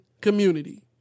community